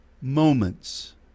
moments